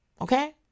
Okay